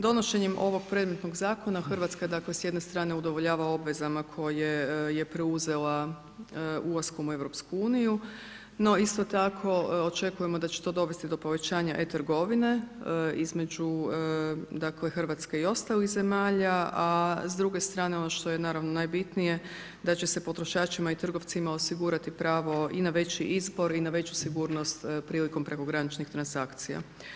Donošenjem ovog predmetnog Zakona, Hrvatska dakle s jedne strane udovoljavam obvezama koje je preuzela ulaskom u Europsku uniju, no isto tako očekujemo da će to dovesti do povećanja e-trgovine između, dakle, Hrvatske i ostalih zemalja, a s druge strane ono što je naravno najbitnije, da će se potrošačima i trgovcima osigurati pravo i na veći izbor, i na veću sigurnost prilikom prekograničnih transakcija.